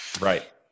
Right